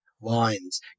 wines